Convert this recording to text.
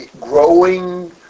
growing